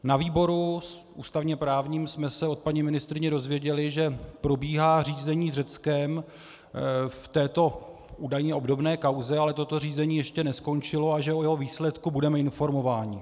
Na výboru ústavněprávním jsme se od paní ministryně dozvěděli, že probíhá řízení s Řeckem v této údajně obdobné kauze, ale toto řízení ještě neskončilo, a že o jeho výsledku budeme informováni.